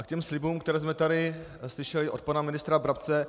Ke slibům, které jsme tady slyšeli od pana ministra Brabce.